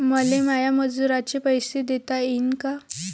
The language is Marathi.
मले माया मजुराचे पैसे देता येईन का?